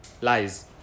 lies